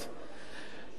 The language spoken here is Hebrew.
לאור האמור לעיל,